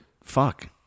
fuck